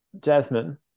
Jasmine